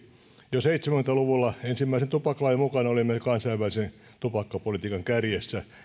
jo seitsemänkymmentä luvulla ensimmäisen tupakkalain aikana olimme kansainvälisen tupakkapolitiikan kärjessä